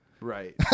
Right